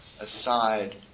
aside